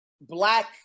Black